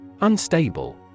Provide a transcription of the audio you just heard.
Unstable